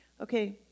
Okay